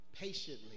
patiently